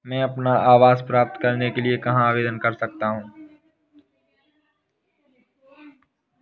मैं अपना आवास प्राप्त करने के लिए कहाँ आवेदन कर सकता हूँ?